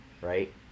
Right